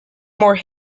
more